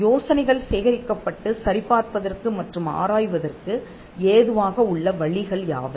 யோசனைகள் சேகரிக்கப்பட்டு சரி பார்ப்பதற்கு மற்றும் ஆராய்வதற்கு ஏதுவாக உள்ள வழிகள் யாவை